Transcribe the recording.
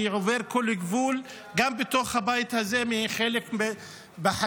שעובר כל גבול גם בתוך הבית הזה בחלק מהחקיקה,